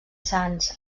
sanç